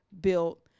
built